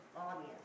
audience